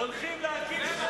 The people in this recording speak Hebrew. סליחה, נא לדייק.